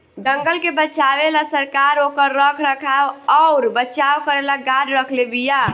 जंगल के बचावे ला सरकार ओकर रख रखाव अउर बचाव करेला गार्ड रखले बिया